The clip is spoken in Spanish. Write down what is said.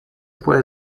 puede